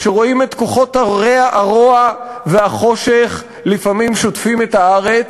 שרואים את כוחות הרוע והחושך שוטפים לפעמים את הארץ.